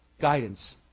Guidance